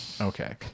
Okay